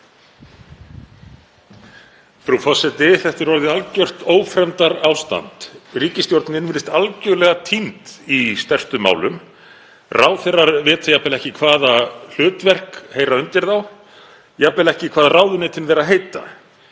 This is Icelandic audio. Frú forseti. Þetta er orðið algjört ófremdarástand. Ríkisstjórnin virðist algerlega týnd í stærstu málum. Ráðherrar vita oft ekki hvaða hlutverk heyra undir þá, jafnvel ekki hvað ráðuneytin heita.